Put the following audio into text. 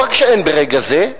לא רק שאין ברגע זה,